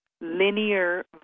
linear